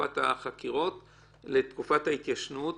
לתקופת ההתיישנות,